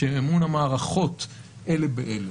של אמון המערכות אלה באלה.